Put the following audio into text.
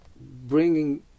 bringing